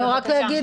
בבקשה.